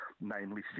namely